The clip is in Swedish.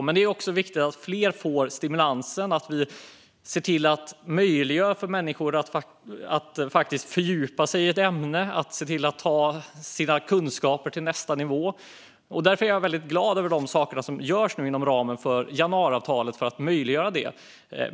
Men det är också viktigt att fler får stimulans och att vi möjliggör för människor att fördjupa sig i ett ämne och ta sina kunskaper till nästa nivå. Därför är jag väldigt glad över de saker som görs inom ramen för januariavtalet för att möjliggöra detta.